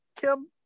Kim